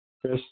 Chris